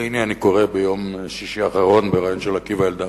והנה אני קורא ביום שישי האחרון ב"הארץ",